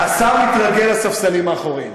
השר מתרגל לספסלים האחוריים.